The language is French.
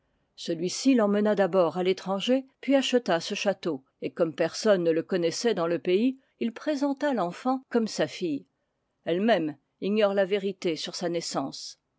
celui-ci l'emmena d'abord à l'étranger puis acheta ce château et comme personne ne le connaissait dans le pays il présenta l'enfant comme sa fille elle-même ignore la vérité sur sa naissance